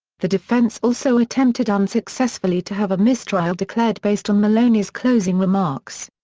the defense also attempted unsuccessfully to have a mistrial declared based on maloney's closing remarks.